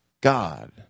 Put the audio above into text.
God